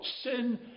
sin